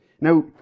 Now